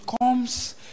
comes